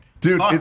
Dude